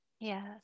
Yes